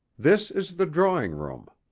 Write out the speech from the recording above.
this is the drawing-room.